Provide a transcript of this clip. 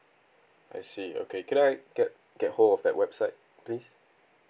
I see okay could I get get hold of that website please